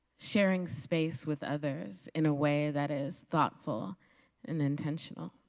sharing space with others in a way that is thoughtful and intentional.